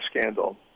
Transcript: scandal